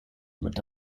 mit